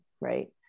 right